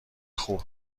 خوب